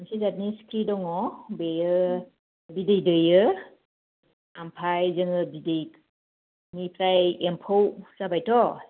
मोनसे जाथनि सिख्रि दङ बेयो बिदै दैयो आमफाय जोंङो बिदैनिफ्राय एमफौ जाबायथ'